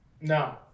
No